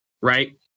right